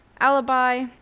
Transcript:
alibi